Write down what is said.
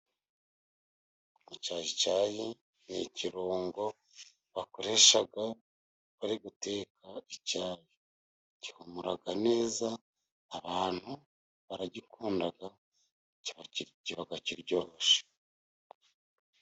Mucyayi cyayi ni ikirungo bakoresha bari guteka icyayi, gihumura neza. Abantu baragikunda kiba kiryoshye.